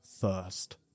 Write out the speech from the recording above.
first